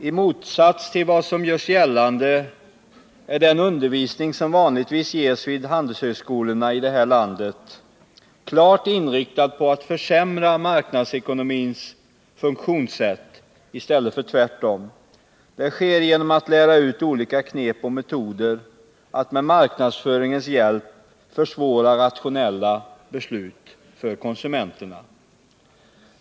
I motsats till vad som görs gällande är den undervisning som vanligtvis ges vid handelshögskolorna i det här landet klart inriktad på att försämra marknadsekonomins funktionssätt i stället för tvärtom. Det sker genom att lära ut olika knep och metoder att med marknadsföringens hjälp försvåra rationella beslut för konsumenterna.